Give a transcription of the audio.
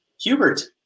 Hubert